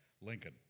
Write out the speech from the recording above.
Lincoln